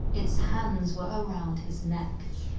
its hands were around his neck.